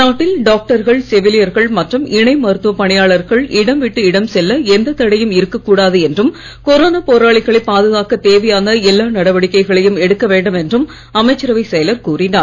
நாட்டில் டாக்டர்கள் செவிலியர்கள் மற்றும் இணை மருத்துவ பணியாளர்கள் இடம் விட்டு இடம் செல்ல எந்த தடையும் இருக்க கூடாது என்றும் கொரோனா போராளிகளை பாதுகாக்க தேவையான எல்லா நடவடிக்கைகளையும் எடுக்க வேண்டும் என்றும் அமைச்சரவை செயலர் கூறினார்